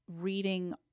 reading